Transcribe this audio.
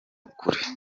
ukuri